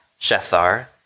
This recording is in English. Shethar